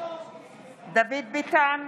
דוד ביטן,